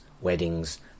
weddings